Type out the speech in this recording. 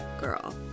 Girl